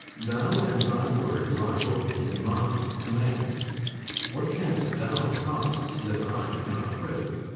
thou and thy word lie both in my command what canst thou promise that i cannot break?